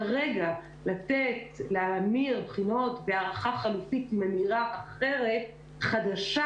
כרגע, להמיר בחינות בהערכה חלופית מהירה אחרת חדשה